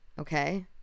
okay